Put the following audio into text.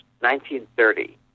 1930